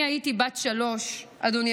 אני הייתי בת שלוש, אדוני